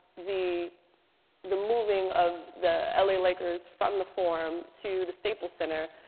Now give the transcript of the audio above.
the the moving of the la lakers from the forum to the staples center,